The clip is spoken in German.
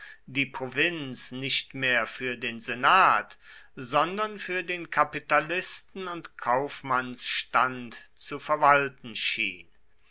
die provinz nicht mehr für den senat sondern für den kapitalisten und kaufmannsstand zu verwalten schien